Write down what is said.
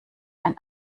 ein